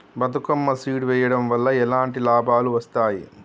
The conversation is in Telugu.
బతుకమ్మ సీడ్ వెయ్యడం వల్ల ఎలాంటి లాభాలు వస్తాయి?